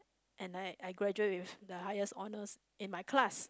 and I I graduate with the highest honours in my class